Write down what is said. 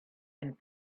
and